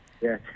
Yes